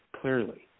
clearly